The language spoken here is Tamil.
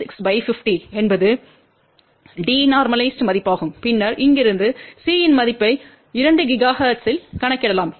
36 50 என்பது டிநோர்மலைஸ் மதிப்பாகும் பின்னர் இங்கிருந்து C இன் மதிப்பை 2 GHz இல் கணக்கிடலாம்